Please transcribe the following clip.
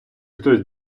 хтось